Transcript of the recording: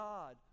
God